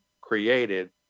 created